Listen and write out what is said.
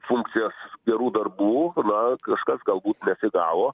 funkcijas gerų darbų na kažkas galbūt nesigavo